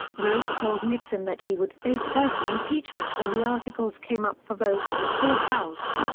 rhodes told nixon that he would face certain impeachment when the articles came up for vote in the full house.